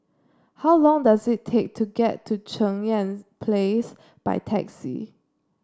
how long does it take to get to Cheng Yan Place by taxi